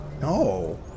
No